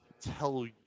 tell